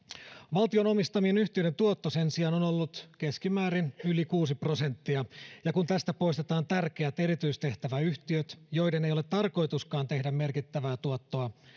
valtion omistamien yhtiöiden tuotto sen sijaan on ollut keskimäärin yli kuusi prosenttia ja kun tästä poistetaan tärkeät erityistehtäväyhtiöt joiden ei ole tarkoituskaan tehdä merkittävää tuottoa